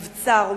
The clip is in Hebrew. מבצר,